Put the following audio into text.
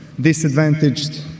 disadvantaged